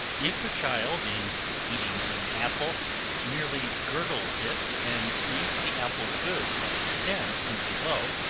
if a child in eating an apple merely girdles it and leaves the apple good at stem and below,